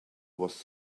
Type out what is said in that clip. was